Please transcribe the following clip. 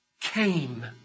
came